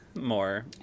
More